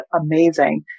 amazing